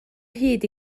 hyd